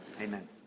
amen